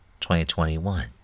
2021